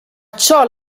ciò